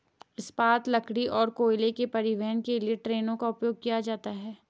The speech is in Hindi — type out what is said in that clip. इस्पात, लकड़ी और कोयले के परिवहन के लिए ट्रेनों का उपयोग किया जाता है